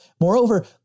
Moreover